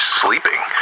sleeping